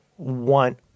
Want